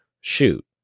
shoot